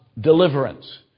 deliverance